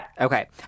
Okay